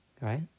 Right